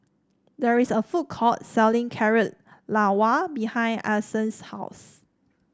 there is a food court selling Carrot Halwa behind Alyson's house